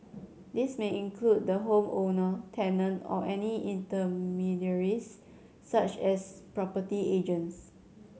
this may include the home owner tenant or any intermediaries such as property agents